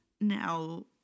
now